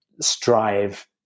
strive